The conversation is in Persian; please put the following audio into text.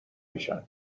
میشن